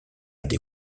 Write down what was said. des